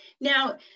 Now